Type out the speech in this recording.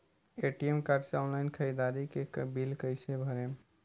ATM card से online ख़रीदारी के बिल कईसे भरेम?